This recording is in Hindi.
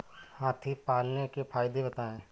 हाथी पालने के फायदे बताए?